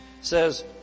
says